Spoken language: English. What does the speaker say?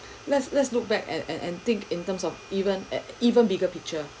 let's let's look back and and and think in terms of even at even bigger picture